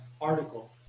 article